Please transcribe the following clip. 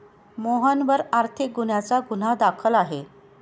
मोहनवर आर्थिक गुन्ह्याचा गुन्हा दाखल आहे